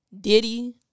diddy